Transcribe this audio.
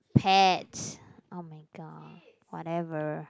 pets oh-my-god whatever